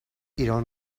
ایران